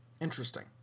Interesting